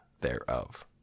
thereof